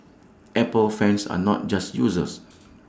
Apple fans are not just users